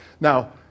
Now